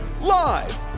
Live